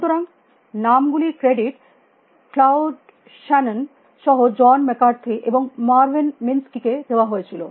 সুতরাং নাম গুলির ক্রেডিট ক্লাউদ শ্যানন সহ জন ম্যাককার্থে এবং মারভিন মিনসকি কে দেওয়া হয়েছিল